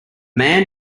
man